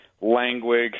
language